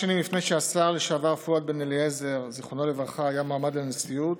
כמה שנים לפני שהשר לשעבר פואד בן אליעזר ז"ל היה מועמד לנשיאות,